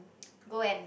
go and